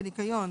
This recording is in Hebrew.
(2) בניקיון